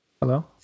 Hello